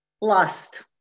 Lust